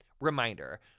Reminder